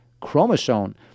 chromosome